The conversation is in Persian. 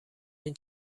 این